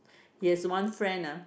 he has one friend ah